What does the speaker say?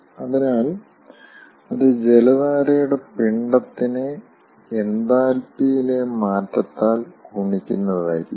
അതിനാൽ അത് ജലധാരയുടെ പിണ്ഡത്തിനെ എൻതാൽപ്പിയിലെ മാറ്റത്താൽ ഗുണിക്കുന്നതായിരിക്കും